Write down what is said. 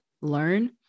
learn